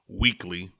Weekly